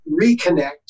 reconnect